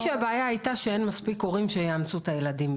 שהבעיה הייתה שאין מספיק הורים שיאמצו את הילדים,